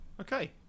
okay